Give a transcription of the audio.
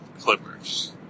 Clippers